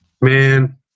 man